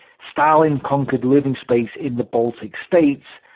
stalin conquered living space in the baltic states,